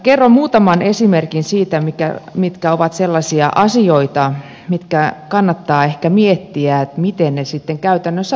kerron muutaman esimerkin siitä mitkä ovat sellaisia asioita mitkä kannattaa ehkä miettiä miten ne sitten käytännössä toteutetaan